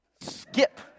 skip